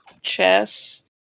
Chess